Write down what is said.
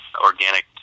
organic